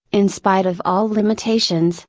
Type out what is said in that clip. in spite of all limitations,